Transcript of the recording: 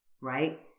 right